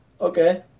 Okay